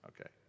okay